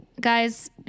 Guys